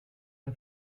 the